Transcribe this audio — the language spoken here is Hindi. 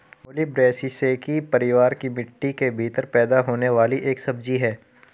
मूली ब्रैसिसेकी परिवार की मिट्टी के भीतर पैदा होने वाली एक सब्जी है